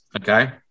Okay